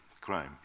crime